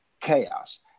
chaos